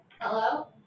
Hello